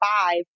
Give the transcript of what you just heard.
five